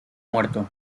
muerto